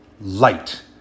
Light